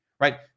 right